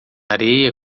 areia